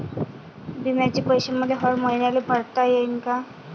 बिम्याचे पैसे मले हर मईन्याले भरता येईन का?